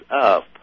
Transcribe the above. up